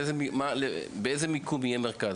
באיזו עיר?